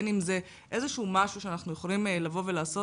בין אם זה איזשהו משהו שאנחנו יכולים לבוא ולעשות,